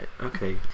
okay